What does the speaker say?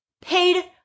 paid